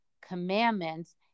commandments